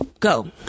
go